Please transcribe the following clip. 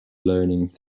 learning